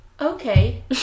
Okay